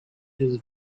his